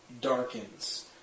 darkens